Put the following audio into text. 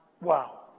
Wow